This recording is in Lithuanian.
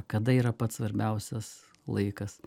kada yra pats svarbiausias laikas